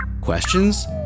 Questions